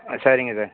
ஆ சரிங்க சார்